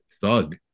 thug